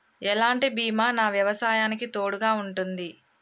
ఎలాంటి బీమా నా వ్యవసాయానికి తోడుగా ఉంటుంది?